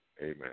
Amen